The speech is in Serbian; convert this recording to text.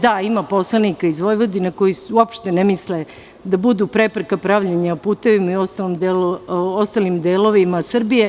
Da, ima poslanika iz Vojvodine koji uopšte ne misle da budu prepreka pravljenja putevima i ostalim delovima Srbije.